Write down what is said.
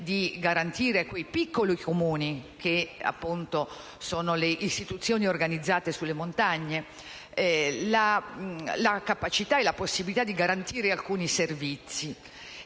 di assicurare a quei piccoli Comuni, che sono le istituzioni organizzate sulle montagne, la capacità e la possibilità di garantire alcuni servizi.